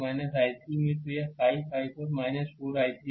तो यह 5 i4 4 I3 है इसलिए समीकरण 4 तो 4 समीकरण और 4 अज्ञात हैं